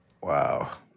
Wow